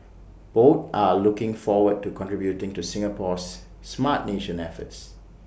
both are also looking forward to contributing to Singapore's Smart Nation efforts